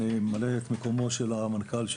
אני ממלא את מקומו של המנכ"ל,